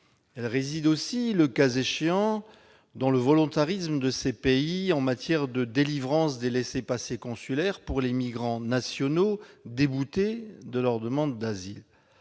mais aussi, le cas échéant, dans leur volontarisme en matière de délivrance des laissez-passer consulaires pour les migrants nationaux déboutés de leur demande d'asile.